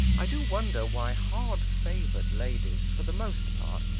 i do wonder why hard-favour'd ladies, for the most part,